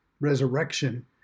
resurrection